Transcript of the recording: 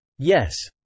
Yes